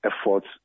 efforts